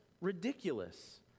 ridiculous